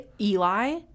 Eli